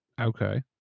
okay